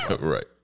Right